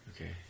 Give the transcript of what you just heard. Okay